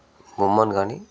బొమ్మను కానీ